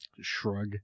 shrug